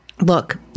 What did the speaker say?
look